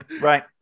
Right